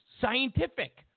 scientific